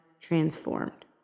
Transformed